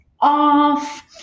off